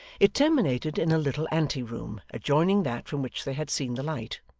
it terminated in a little ante-room adjoining that from which they had seen the light.